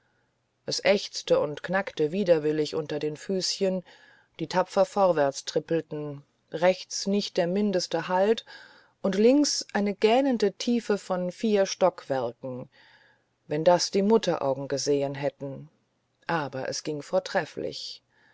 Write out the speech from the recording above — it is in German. es ächzte und knackte widerwillig unter den füßchen die tapfer vorwärts trippelten rechts nicht der mindeste halt und links eine gähnende tiefe von vier stockwerken wenn das die mutteraugen gesehen hätten aber es ging vortrefflich